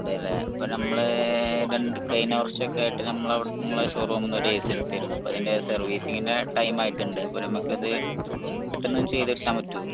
അതേ അല്ലേ അപ്പം നമ്മൾ രണ്ട് കഴിഞ്ഞ വർഷമൊക്കെ ആയിട്ട് നമ്മൾ അവിടെ നിങ്ങളുടെ ഷോറൂമിൽ നിന്ന് ഒരു എ സി എടുത്തിരുന്നു അപ്പം അതിൻ്റെ സർവീസിങ്ങിൻ്റെ ടൈം ആയിട്ടുണ്ട് അപ്പം നമുക്ക് അത് പെട്ടെന്ന് ചെയ്ത് കിട്ടാൻ പറ്റുമോ